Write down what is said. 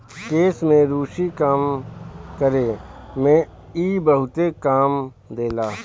केश में रुसी कम करे में इ बहुते काम देला